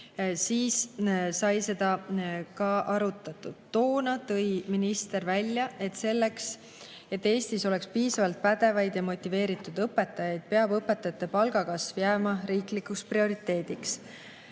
sai seda ka arutatud. Toona tõi minister välja, et selleks, et Eestis oleks piisavalt pädevaid ja motiveeritud õpetajaid, peab õpetajate palga kasv jääma riiklikuks prioriteediks.